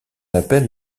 appelle